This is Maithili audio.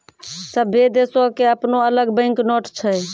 सभ्भे देशो के अपनो अलग बैंक नोट छै